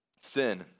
Sin